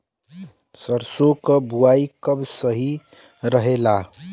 सरसों क बुवाई कब सही रहेला?